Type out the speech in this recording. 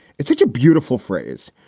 it's such a beautiful phrase,